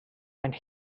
and